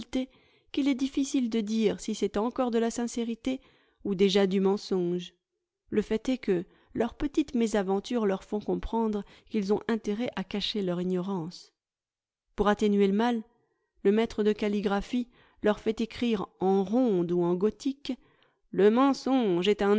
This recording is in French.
qu'il est difficile de dire si c'est encore de la sincérité ou déjà du mensonge le fait est que leurs petites mésaventures leur font comprendre qu'ils ont intérêt à cacher leur ignorance pour atténuer le mal leur maître de calligraphie leur fait écrire en ronde ou en gothique le mensonge est un